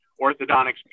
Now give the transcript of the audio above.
orthodontics